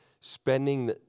spending